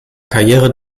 karriere